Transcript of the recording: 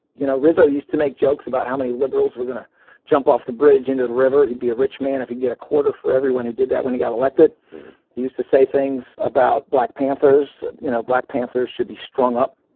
you know, rizzo used to make jokes about how many liberals were gonna jump off the bridge into the river. he'd be a rich man if he'd get a quarter for everyone who did that when he got elected. he used to say things about black panthers. you know, black panthers should be strung up,